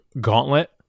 Gauntlet